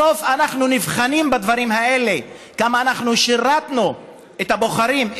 בסוף אנחנו נבחנים בדברים האלה: כמה שירתנו את הבוחרים,